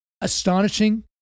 astonishing